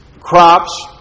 crops